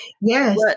Yes